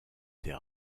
des